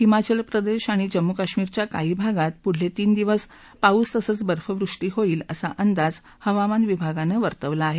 हिमाचल प्रदेश आणि जम्मू कश्मीरच्या काही भागांमध्ये पुढचे तीन दिवस पाऊस तसंच बर्फवृष्टी होईल असा अंदाज हवामान विभागानं वर्तवला आहे